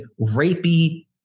rapey